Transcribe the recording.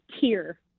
tier